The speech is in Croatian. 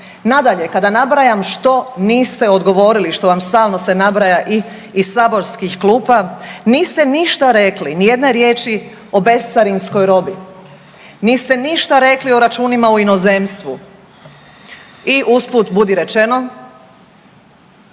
Nadalje, kada nabrajam što niste odgovorili, što vam stalno se nabraja i iz saborskih klupa niste ništa rekli, ni jedne riječi o bescarinskoj robi. Niste nište rekli o računima u inozemstvu, i usput budi rečeno